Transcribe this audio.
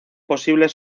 posibles